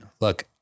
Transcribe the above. look